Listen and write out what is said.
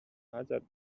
hazard